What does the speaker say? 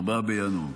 4 בינואר.